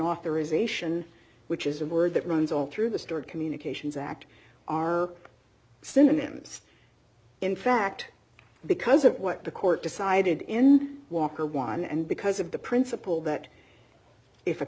authorization which is a word that runs all through the stored communications act are synonyms in fact because of what the court decided in walker one and because of the principle that if a